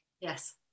Yes